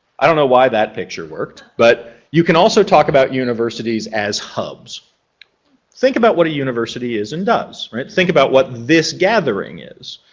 i don't know why that picture worked, but you can also talk about universities as hubs think about what a university is and does, right? think about what this gathering is.